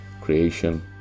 creation